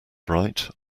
bright